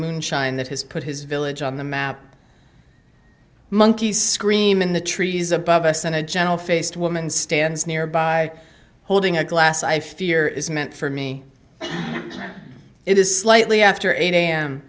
moonshine that has put his village on the map monkeys scream in the trees above us and a gentle faced woman stands nearby holding a glass i fear is meant for me it is slightly after eight a